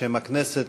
בשם הכנסת,